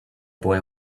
boy